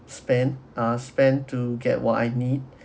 spend ah spend to get what I need